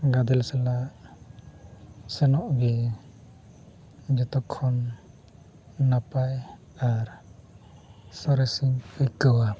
ᱜᱟᱫᱮᱞ ᱥᱟᱞᱟᱜ ᱥᱮᱱᱚᱜ ᱜᱮ ᱡᱷᱚᱛᱚ ᱠᱷᱚᱱ ᱱᱟᱯᱟᱭ ᱟᱨ ᱥᱚᱨᱮᱥᱤᱧ ᱟᱹᱭᱠᱟᱹᱣᱟ